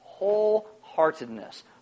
wholeheartedness